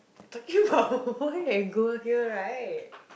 talking~ about white and gold here right